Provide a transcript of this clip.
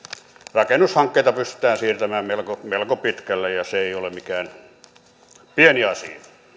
rakennushankkeita pystytään siirtämään melko melko pitkälle ja se ei ole mikään pieni asia